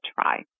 try